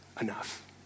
enough